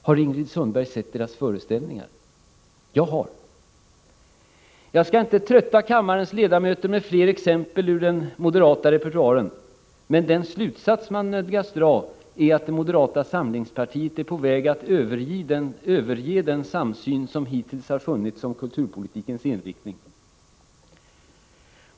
Har Ingrid Sundberg sett deras föreställningar? Jag har gjort det. Jag skall inte trötta kammarens ledamöter med fler exempel ur den moderata repertoaren. Den slutsats som man nödgas dra är att moderata samlingspartiet är på väg att överge den samsyn som hittills har funnits om kulturpolitikens inriktning.